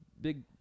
big